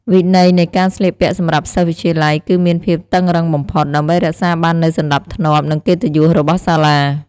វិន័យនៃការស្លៀកពាក់សម្រាប់សិស្សវិទ្យាល័យគឺមានភាពតឹងរ៉ឹងបំផុត ដើម្បីរក្សាបាននូវសណ្តាប់ធ្នាប់ និងកិត្តិយសរបស់សាលា។